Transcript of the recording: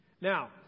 Now